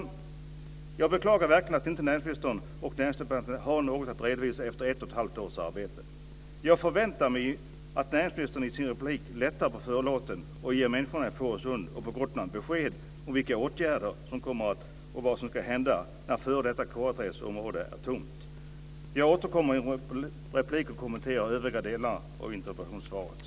Jag beklagar verkligen att inte näringsministern och Näringsdepartementet har någonting att redovisa efter ett och ett halvt års arbete. Jag förväntar mig att näringsministern i sin replik lättar på förlåten och ger människorna i Fårösund och på Gotland besked om vilka åtgärder som kommer att vidtas och vad som ska hända när f.d. KA 3:s område är tomt. Jag återkommer i en replik och kommenterar övriga delar av interpellationssvaret.